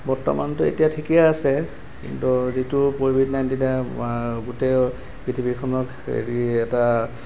বৰ্তমানতো এতিয়া ঠিকেই আছে কিন্তু যিটো ক'ভিড নাইণ্টিনে গোটেই পৃথিৱীখনক হেৰি এটা